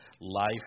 life